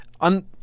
on